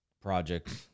projects